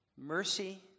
mercy